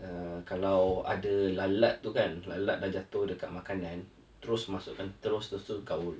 err kalau ada lalat tu kan lalat dah jatuh dekat makanan terus masukkan terus lepas tu gaul